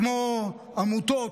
עמותות,